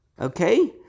Okay